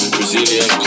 Brazilian